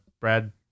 Brad